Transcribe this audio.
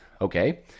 Okay